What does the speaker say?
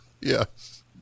Yes